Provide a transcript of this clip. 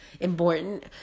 important